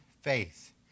faith